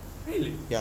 really